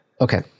Okay